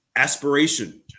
aspiration